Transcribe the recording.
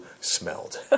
smelled